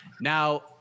Now